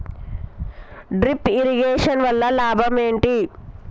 Drip irrigation వల్ల లాభం ఏంటి?